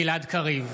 גלעד קריב,